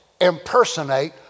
impersonate